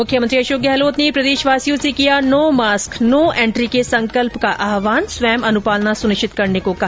मुख्यमंत्री अशोक गहलोत ने प्रदेशवासियों से किया नो मास्क नो एन्ट्री के संकल्प का आहवान स्वयं अनुपालना सुनिश्चित करने को कहा